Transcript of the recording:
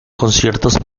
conciertos